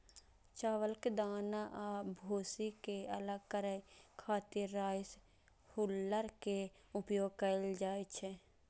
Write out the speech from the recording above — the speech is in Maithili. चावलक दाना आ भूसी कें अलग करै खातिर राइस हुल्लर के उपयोग कैल जाइ छै